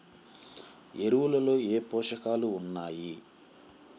ఎరువులలో ఏ పోషకాలు ఉన్నాయి?